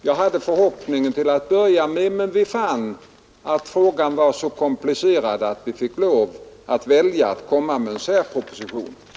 Jag hade till att börja med förhoppning härom, men vi fann efter hand att frågan var så komplicerad att vi måste välja att lägga fram en särproposition.